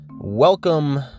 Welcome